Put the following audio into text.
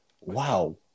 Wow